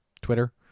Twitter